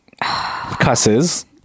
Cusses